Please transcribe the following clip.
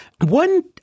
One